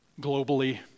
globally